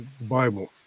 Bible